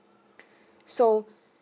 so